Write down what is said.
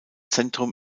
zentrum